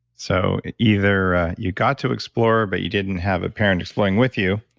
so either you got to explore, but you didn't have a parent exploring with you.